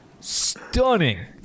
stunning